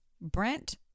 Brent